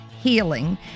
healing